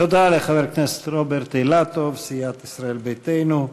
תודה לחבר הכנסת רוברט אילטוב מסיעת ישראל ביתנו.